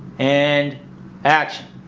and action